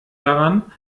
daran